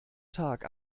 tag